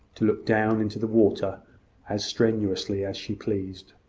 to look down into the water as strenuously as she pleased.